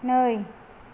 नै